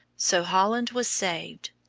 so holland was saved,